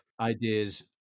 ideas